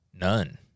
none